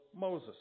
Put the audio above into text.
Moses